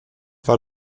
war